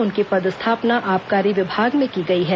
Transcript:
उनकी पदस्थापना आबकारी विभाग में की गई है